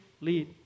lead